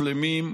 בועז יוסף.